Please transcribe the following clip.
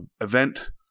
event